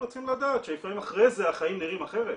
החבר'ה צריכים לדעת שאחרי זה החיים נראים אחרת,